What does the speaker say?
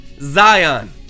Zion